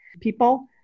people